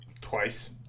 Twice